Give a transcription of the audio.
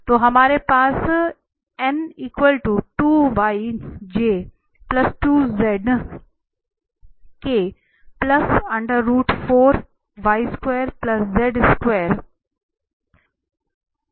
तो हमारे पास है